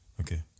Okay